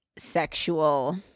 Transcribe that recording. sexual